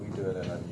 mm